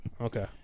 Okay